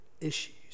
issues